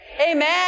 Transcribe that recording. Amen